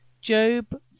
job